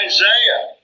Isaiah